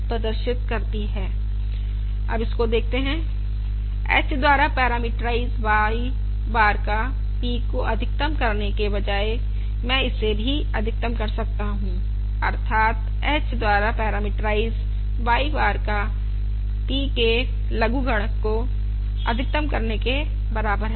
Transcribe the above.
अब इसको देखते हैं h द्वारा पैरामीट्राइज y बार का p को अधिकतम करने के बजाए मैं इसे भी अधिकतम कर सकता हूं अर्थात h द्वारा पैरामीट्राइज y बार का p के लघुगणक को अधिकतम करने के बराबर है